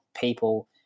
people